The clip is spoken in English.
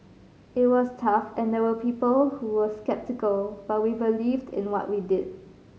it was tough and there were people who were sceptical but we believed in what we did